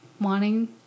wanting